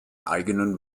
eigenen